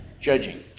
Judging